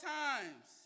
times